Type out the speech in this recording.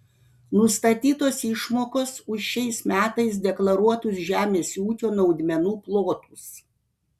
nustatytos išmokos už šiais metais deklaruotus žemės ūkio naudmenų plotus